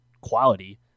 quality